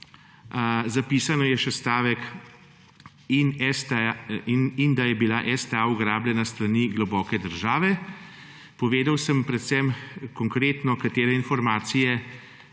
Zapisan je še stavek, in da je bila STA ugrabljena s strani globoke države. Povedal sem predvsem konkretno katere informacije,